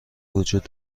وجود